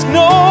no